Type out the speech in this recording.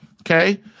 Okay